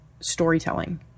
storytelling